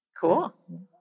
Cool